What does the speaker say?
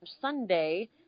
Sunday